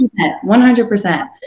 100%